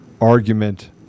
argument